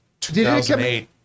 2008